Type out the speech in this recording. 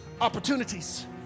opportunities